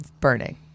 burning